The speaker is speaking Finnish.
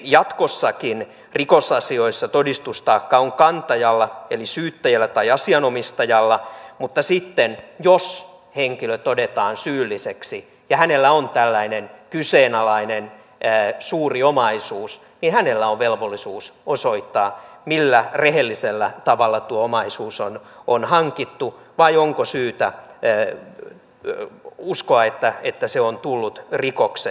jatkossakin rikosasioissa todistustaakka on kantajalla eli syyttäjällä tai asianomistajalla mutta sitten jos henkilö todetaan syylliseksi ja hänellä on tällainen kyseenalainen suuri omaisuus niin hänellä on velvollisuus osoittaa millä rehellisellä tavalla tuo omaisuus on hankittu vai onko syytä uskoa että se on tullut rikoksen kautta